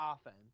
offense